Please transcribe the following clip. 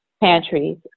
Pantries